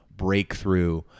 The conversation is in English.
breakthrough